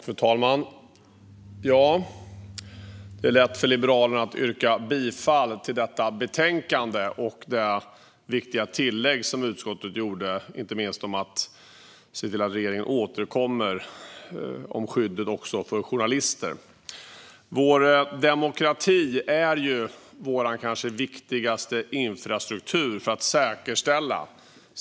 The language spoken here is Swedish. Fru talman! Det är lätt för Liberalerna att yrka bifall till utskottets förslag i betänkandet och inte minst till det viktiga tillägg som utskottet gjort om ett tillkännagivande till regeringen när det gäller att återkomma om skyddet för journalister. Vår demokrati är vår kanske viktigaste infrastruktur att säkerställa.